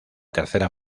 tercera